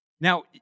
Now